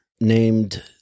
named